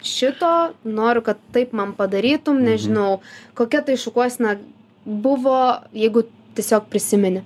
šito noriu kad taip man padarytum nežinau kokia tai šukuosena buvo jeigu tiesiog prisimeni